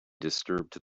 disturbed